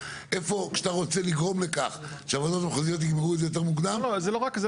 כי את מסתכלת מההיבט שלך ואני מתייחס גם מההיבט